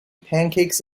pancakes